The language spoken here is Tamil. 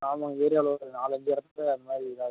ஆமாங்கய்யா ஏரியாவில் ஒரு நாலு அஞ்சு இடத்துல அது மாதிரி இதாகுது